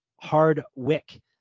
Hardwick